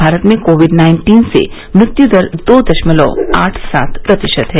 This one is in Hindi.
भारत में कोविड नाइन्टीन से मृत्य दर दो दशमलव आठ सात प्रतिशत है